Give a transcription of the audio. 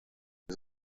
his